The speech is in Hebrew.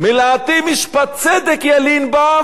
"מלאתי משפט צדק ילין בה",